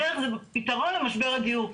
הדרך זה פתרון למשבר הדיור.